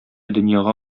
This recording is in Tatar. дөньяга